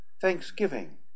thanksgiving